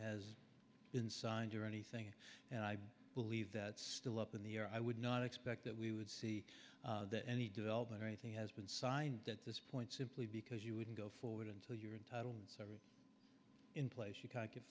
has been signed or anything and i believe that still up in the air i would not expect that we would see that any development or anything has been signed at this point simply because you wouldn't go forward until you're entitled seven in place you can't get